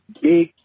Big